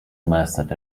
method